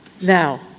Now